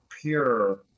pure